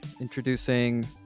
introducing